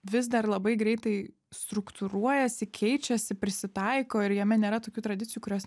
vis dar labai greitai struktūruojasi keičiasi prisitaiko ir jame nėra tokių tradicijų kurios